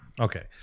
Okay